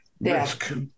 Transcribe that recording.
risk